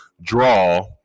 draw